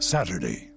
Saturday